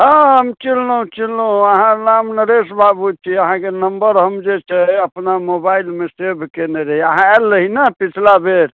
हँ हम चिन्हलहुँ चिन्हलहुँ अहाँके नाम नरेश बाबू छी अहाँके नम्बर हम जे छै अपना मोबाइलमे सेव कयने रही अहाँ आयल रही ने पिछला बेर